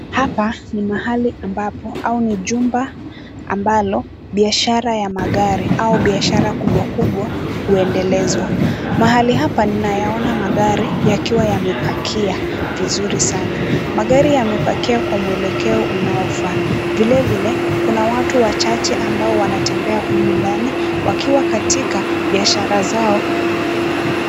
Hapa ni mahali ambapo au ni jumba ambalo biashara ya magari au biashara ya kubwa kubwa huendelezwa. Mahali hapa ninayaona magari yakiwa yamepakia, vizuri sana. Magari yamepakia kwa mwelekeo unaofaa. Vilevile, kuna watu wachache ambao wanatembea humu ndani wakiwa katika biashara zao.